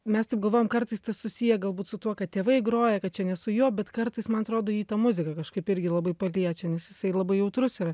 mes taip galvojam kartais tas susiję galbūt su tuo kad tėvai groja kad čia ne su juo bet kartais man atrodo jį ta muzika kažkaip irgi labai paliečia nes jisai labai jautrus yra